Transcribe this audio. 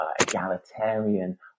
egalitarian